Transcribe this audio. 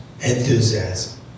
enthusiasm